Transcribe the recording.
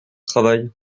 travail